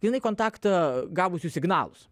grynai kontaktą gavusių signalus